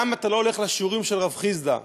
למה אתה לא הולך לשיעורים של רב חסדא?